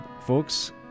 folks